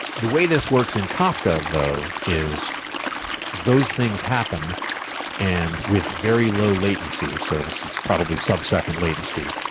the way this works in kafka though is those things happen and with very low latencies. so this is probably sub-second latency.